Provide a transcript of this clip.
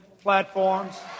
platforms